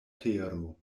tero